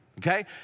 okay